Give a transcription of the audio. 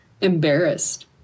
embarrassed